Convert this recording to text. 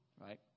Right